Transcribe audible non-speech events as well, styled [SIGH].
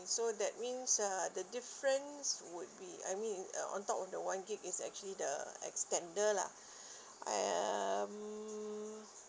so that means uh the differents would be I mean uh on top of the one G_B is actually the extender lah [BREATH] I um